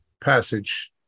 passage